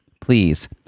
please